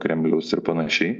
kremliaus ir panašiai